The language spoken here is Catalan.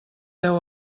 deu